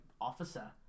officer